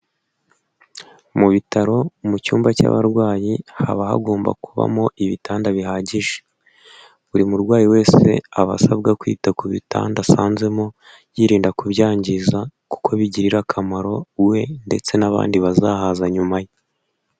Mu bitaro, mu cyumba cy'abarwayi, haba hagomba kubamo ibitanda bihagije. Buri murwayi wese aba asabwa kwita ku bitanda asanzemo, yirinda kubyangiza, kuko bigirira akamaro we ndetse n'abandi bazahaza nyuma ye.